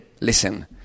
listen